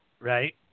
right